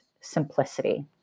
simplicity